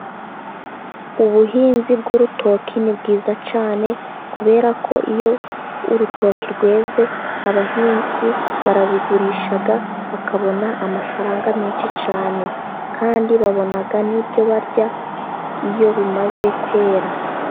Ubuhinzi bwurutoki ni bwiza cyane, kubera ko iyo urutoki rweze abahinzi barabigurisha, bakabona amafaranga menshi cyane. kandi babonaga n'ibyo barya, iyo bimaze kwera.